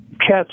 cats